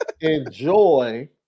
enjoy